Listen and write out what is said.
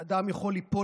שרציתם קנביס,